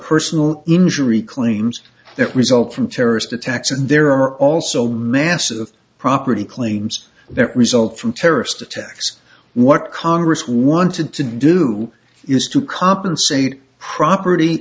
personal injury claims that result from terrorist attacks and there are also massive property claims there result from terrorist attacks what congress wanted to do is to compensate property